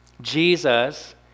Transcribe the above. Jesus